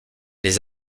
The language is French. les